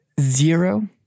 zero